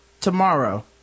tomorrow